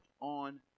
on